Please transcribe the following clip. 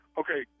okay